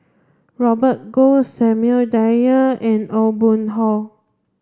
Robert Goh Samuel Dyer and Aw Boon Haw